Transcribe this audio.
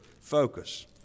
focus